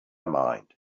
mind